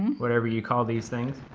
whatever you call these things.